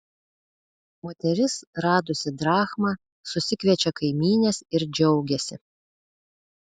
moteris radusi drachmą susikviečia kaimynes ir džiaugiasi